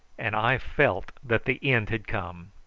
and i felt that the end had come.